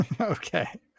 okay